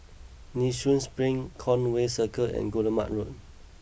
Nee Soon Spring Conway Circle and Guillemard Road